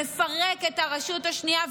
מפרק את הרשות השנייה,